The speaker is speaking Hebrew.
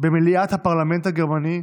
במליאת הפרלמנט הגרמני,